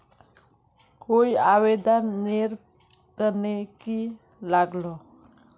कोई आवेदन नेर तने की लागोहो?